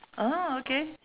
ah okay